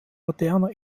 moderner